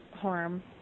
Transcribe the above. harm